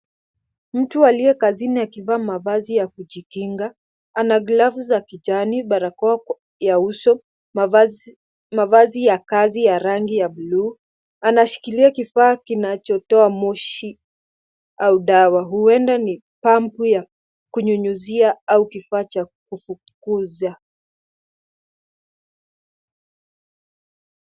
Mtu aliye kazini akivaa mavazi ya kujikinga, ana glavu za kijani, barakoa ya uso, mavazi ya kazi ya rangi ya bluu. Anashikilia kifaa kinachotoa moshi au dawa, huenda ni pampu ya kunyunyuzia au kifaa cha kufufukiza.